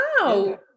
Wow